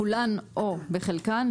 כולן או בחלקן,